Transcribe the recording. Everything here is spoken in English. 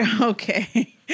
okay